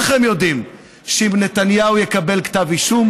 כולכם יודעים שאם נתניהו יקבל כתב אישום,